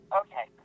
okay